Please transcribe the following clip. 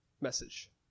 message